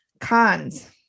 Cons